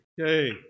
Okay